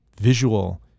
visual